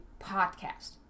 podcast